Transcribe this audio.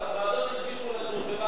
הוועדות ימשיכו לדון.